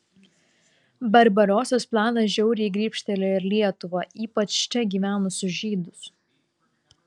barbarosos planas žiauriai grybštelėjo ir lietuvą ypač čia gyvenusius žydus